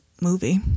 movie